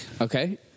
Okay